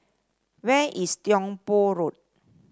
where is Tiong Poh Road